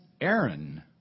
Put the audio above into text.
Aaron